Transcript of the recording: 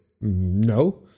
No